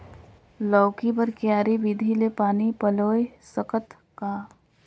लौकी बर क्यारी विधि ले पानी पलोय सकत का?